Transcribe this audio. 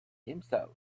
himself